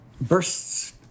bursts